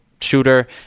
shooter